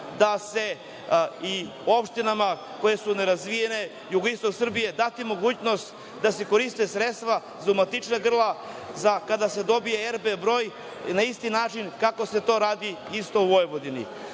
da se i opštinama koje su nerazvijene u jugoistočnoj Srbiji da mogućnost da koriste sredstva za umatičena grla kada se dobije RB broj na isti način kako se to radi u Vojvodini?